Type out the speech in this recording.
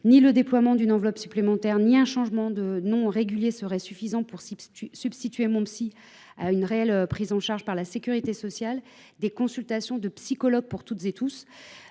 ni le déploiement d’une enveloppe supplémentaire ni un changement de nom ne suffiront à substituer Mon soutien psy à une réelle prise en charge par la sécurité sociale des consultations de psychologues pour toutes et tous.